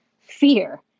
fear